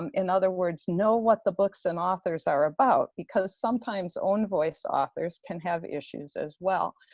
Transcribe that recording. um in other words, know what the books and authors are about, because sometimes own-voice authors can have issues as well,